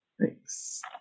Thanks